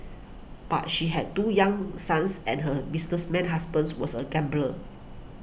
but she had two young sons and her businessman husband was a gambler